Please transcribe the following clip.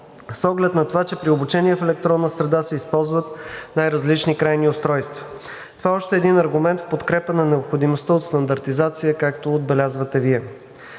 с оглед на това, че при обучение в електронна среда се използват най-различни крайни устройства. Това е още един аргумент в подкрепа на необходимостта от стандартизация, както отбелязвате Вие.